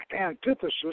antithesis